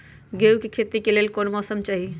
गेंहू के खेती के लेल कोन मौसम चाही अई?